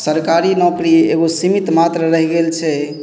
सरकारी नौकरी एगो सीमित मात्र रहि गेल छै